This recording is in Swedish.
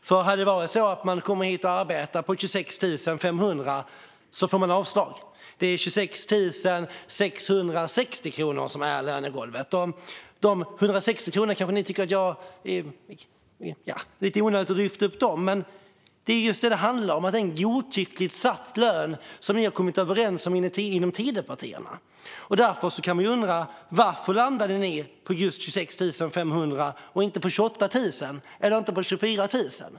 Den som vill komma hit och arbeta för 26 500 skulle få avslag, för det är 26 660 kronor som är lönegolvet. Ni som lyssnar kanske tycker att det är lite onödigt att lyfta upp dessa 160 kronor, men det handlar just om att detta är en godtyckligt satt lön som man har kommit överens mellan Tidöpartierna. Jag kan undra varför man landade på just 26 500 och inte på 28 000 eller 24 000.